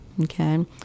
okay